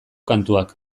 kantuak